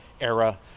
era